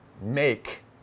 make